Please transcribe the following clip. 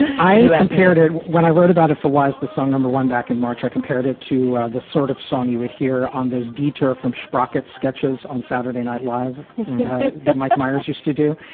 i parroted when i wrote about it for wise, the song number one back in march, i compared it to the sort of song you would hear on those deter from sprocket's sketches on saturday night live that mike myers used to do.